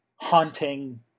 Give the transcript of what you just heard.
haunting